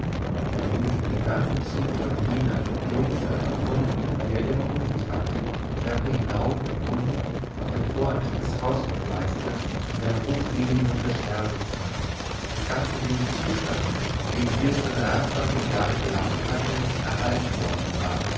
dann ging es mit dem ganzen zuge von dienern jungfern und hunden die er immer um sich hatte die treppe hinauf und unter vorantritt des haushofmeisters in seiner hochseligen mutter sterbezimmer das ganz in dem zustande in dem sie es vor dreiundzwanzig jahren verlassen hatte erhalten worden war